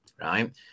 right